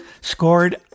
scored